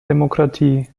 demokratie